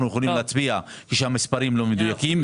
יכולים להצביע כשהמספרים לא מדויקים.